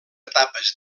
etapes